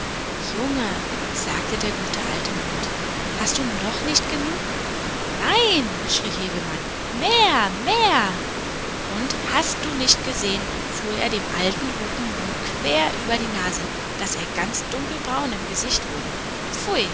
junge sagte der gute alte mond hast du noch nicht genug nein schrie der kleine häwehnann mehr mehr und hast du nicht gesehen fuhr er dem alten guten mond quer über die nase daß er ganz dunkelbraun im gesicht wurde pfui